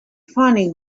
funny